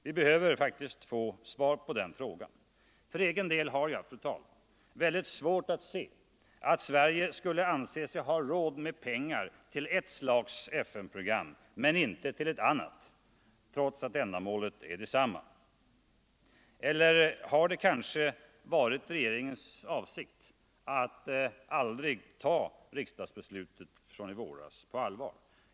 Vi behöver ett svar på den frågan. För egen del har jag, herr talman, mycket svårt att se att Sverige skulle anse sig ha råd att ge pengar till ett slags FN-program men inte till ett annat, trots att ändamålet är detsamma. Eller har det kanske aldrig varit regeringens avsikt att ta riksdagsbeslutet från i våras på allvar?